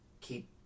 keep